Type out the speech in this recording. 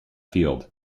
field